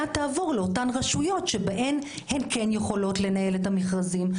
תעבור לאותן רשויות שבהן הן כן יכולות לנהל את המכרזים.